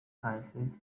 sciences